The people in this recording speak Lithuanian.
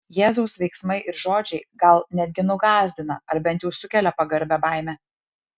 jėzaus veiksmai ir žodžiai gal netgi nugąsdina ar bent jau sukelia pagarbią baimę